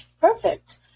Perfect